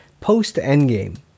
post-Endgame